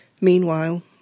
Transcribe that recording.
Meanwhile